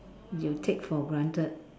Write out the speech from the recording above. you take for granted